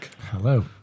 Hello